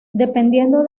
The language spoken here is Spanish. dependiendo